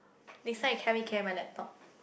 next time you carry carry my laptop